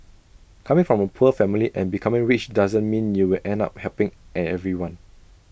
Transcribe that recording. coming from A poor family and becoming rich doesn't mean you will end up helping at everyone